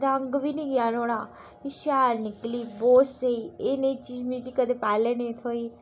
रंग बी नेईं गेआ नुआढ़ा शैल निकली बोह्त स्हेई एह् नेही चीज़ मि कदें पैह्ले नेईं थ्होई